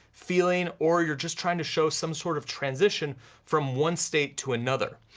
feeling, or you're just trying to show some sort of transition from one state to another.